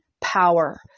power